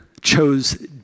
chose